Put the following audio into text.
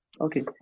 okay